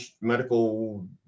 medical